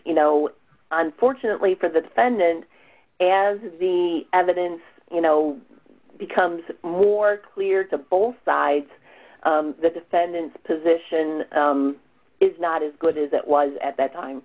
you know unfortunately for the defendant as the evidence you know becomes more clear to both sides the defendants position is not as good as it was at that time